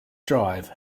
drive